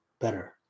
better